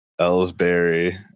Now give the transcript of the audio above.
Ellsbury